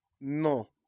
No